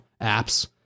apps